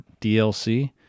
DLC